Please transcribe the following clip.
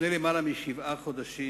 לפני יותר משבעה חודשים,